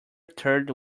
third